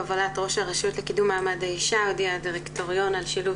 בהובלת ראש הרשות לקידום מעמד האישה הודיע הדירקטוריון על שילוב